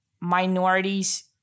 minorities